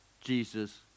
Jesus